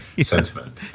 sentiment